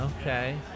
Okay